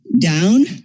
down